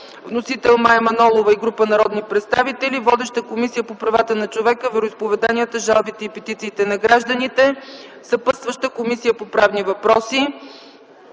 Вносители – Мая Манолова и група народни представители. Водеща е Комисията по правата на човека, вероизповеданията, жалбите и петициите на гражданите. Съпътстваща – Комисията по правни въпроси.